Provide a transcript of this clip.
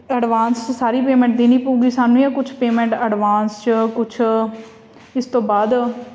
advance 'ਚ ਸਾਰੀ payment ਦੇਣੀ ਪਊਗੀ ਸਾਨੂੰ ਜਾਂ ਕੁਛ ਪੇਮੈਂਟ ਐਡਵਾਂਸ 'ਚ ਕੁਛ ਇਸ ਤੋਂ ਬਾਅਦ